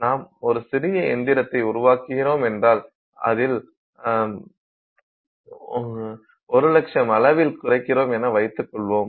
நாம் ஒரு சிறிய இயந்திரத்தை உருவாக்குகிறோம் என்றால் அதை 100000 அளவில் குறைக்கிறோம் என வைத்துக் கொள்ளுவோம்